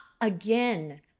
again